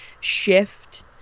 shift